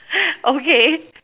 okay